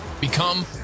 Become